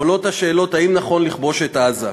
עולה השאלה אם נכון לכבוש את עזה.